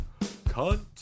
Cunt